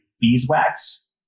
beeswax